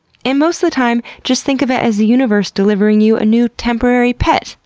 and most of the time, just think of it as the universe delivering you a new temporary pet!